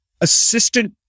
assistant